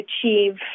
achieve